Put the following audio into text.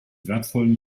wertvollen